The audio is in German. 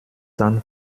dann